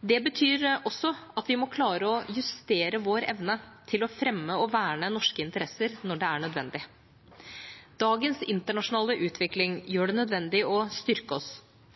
Det betyr også at vi må klare å justere vår evne til å fremme og verne om norske interesser når det er nødvendig. Dagens internasjonale utvikling gjør det nødvendig å styrke oss